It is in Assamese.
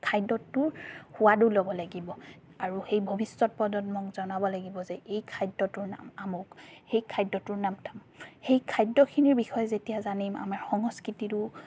খাদ্যটোৰ সোৱাদো ল'ব লাগিব আৰু সেই ভৱিষ্যৎ প্ৰজন্মক জনাব লাগিব যে এই খাদ্যটোৰ নাম আমুক সেই খাদ্যটোৰ নাম তামুক সেই খাদ্যখিনিৰ বিষয়ে যেতিয়া জানিম আমাৰ সংস্কৃতিৰো